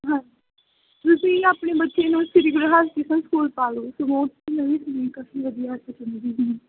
ਹਾਂ ਤੁਸੀਂ ਆਪਣੇ ਬੱਚੇ ਨੂੰ ਸ਼੍ਰੀ ਗੁਰੂ ਹਰਿਕ੍ਰਿਸ਼ਨ ਸਕੂਲ ਪਾ ਲਉ